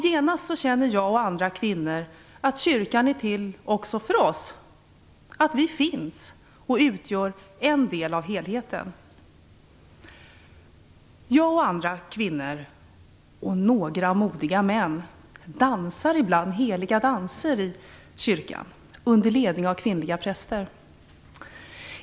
Genast känner jag och andra kvinnor att kyrkan är till också för oss, att vi finns och utgör en del av helheten. Jag och andra kvinnor - och några modiga män - dansar ibland heliga danser i kyrkan under ledning av kvinnliga präster.